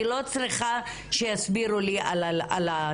אני לא צריכה שיסבירו לי על התהליך.